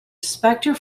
spector